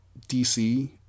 DC